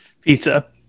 Pizza